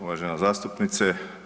Uvažena zastupnice.